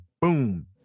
Boom